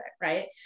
Right